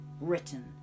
written